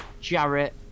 Jarrett